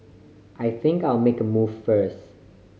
I think I'll make a move first